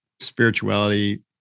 spirituality